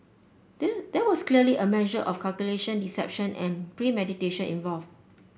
there there was clearly a measure of calculation deception and premeditation involve